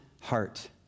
heart